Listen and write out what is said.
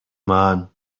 man